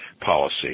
policy